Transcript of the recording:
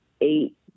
eight